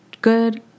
good